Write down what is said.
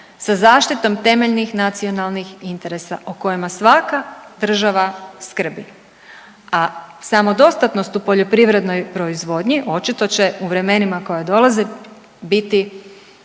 sa zaštitom temeljnih nacionalnih interesa o kojima svaka država skrbi. A samodostatnost u poljoprivrednoj proizvodnji očito će u vremenima koja dolaze biti